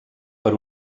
per